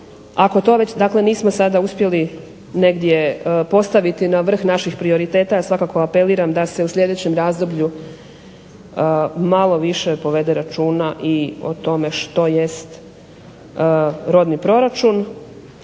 Ako to već dakle nismo sada uspjeli negdje postaviti na vrh naših prioriteta ja svakako apeliram da se u sljedećem razdoblju malo više povede računa i o tome što jest rodni proračun.